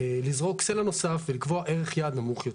לזרוק סלע נוסף ולקבוע ערך יעד נמוך יותר.